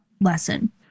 lesson